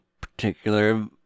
particular